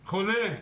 חולה,